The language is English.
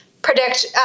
predict